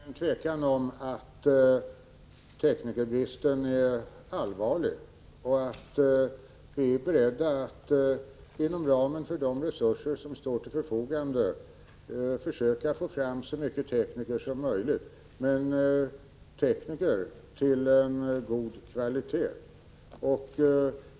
Herr talman! Det är ingen tvekan om att teknikerbristen är allvarlig, och vi är beredda att inom ramen för de resurser som står till förfogande försöka få fram så många tekniker som möjligt — men tekniker av god kvalitet.